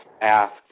asked